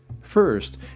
First